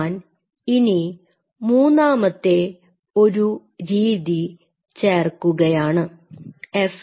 ഞാൻ ഇനി മൂന്നാമത്തെ ഒരു രീതി ചേർക്കുകയാണ് FACS